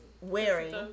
wearing